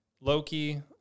Loki